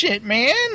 man